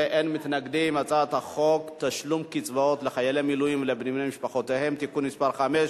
חוק תשלום קצבאות לחיילי מילואים ולבני משפחותיהם (תיקון מס' 5),